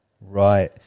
right